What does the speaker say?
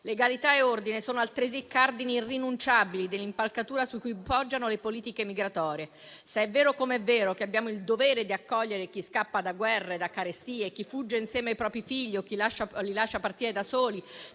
Legalità e ordine sono altresì cardini irrinunciabili dell'impalcatura su cui poggiano le politiche migratorie. Se è vero, come è vero, che abbiamo il dovere di accogliere chi scappa da guerre e da carestie, chi fugge insieme ai propri figli o chi li lascia partire da soli,